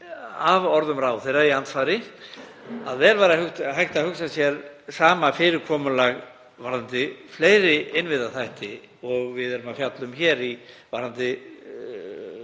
af orðum ráðherra í andsvari að vel væri hægt að hugsa sér sama fyrirkomulag varðandi fleiri innviðaþætti en við erum að fjalla um hér varðandi